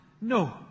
no